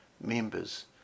members